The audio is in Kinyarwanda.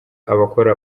abakora